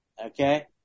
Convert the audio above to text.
Okay